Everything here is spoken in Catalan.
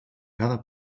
cada